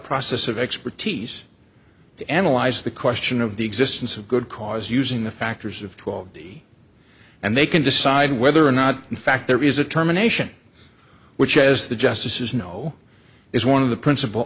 process of expertise to analyze the question of the existence of good cause using the factors of twelve d and they can decide whether or not in fact there is a terminations which as the justices know is one of the princip